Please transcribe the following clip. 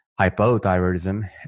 hypothyroidism